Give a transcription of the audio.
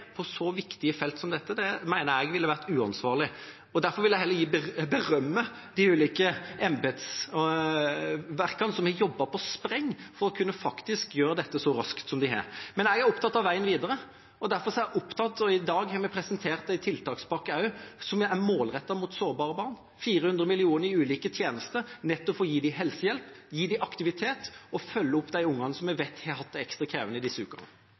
på så viktige felter som dette mener jeg ville vært uansvarlig. Derfor vil jeg berømme de ulike embetsverkene som har jobbet på spreng for å gjøre dette så raskt som de faktisk har. Jeg er opptatt av veien videre. Derfor har vi i dag presentert en tiltakspakke som er rettet mot sårbare barn – 400 mill. kr i ulike tjenester – nettopp for å gi dem helsehjelp, aktivitet og å følge opp de barna som vi vet har hatt det ekstra krevende disse ukene.